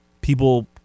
people